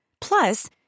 Plus